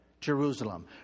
Jerusalem